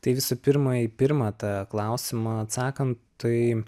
tai visų pirma į pirmą tą klausimą atsakant tai